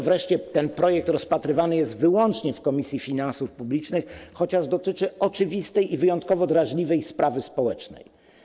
Wreszcie, dlaczego ten projekt rozpatrywany jest wyłącznie w Komisji Finansów Publicznych, chociaż dotyczy oczywistej i wyjątkowo drażliwej sprawy społecznej?